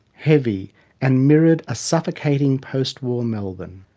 heavy and mirrored a suffocating post-war melbourne.